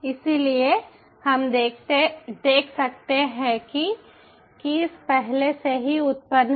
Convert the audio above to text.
इसलिए हम देख सकते हैं कि कीस पहले से ही उत्पन्न है